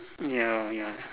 ya ya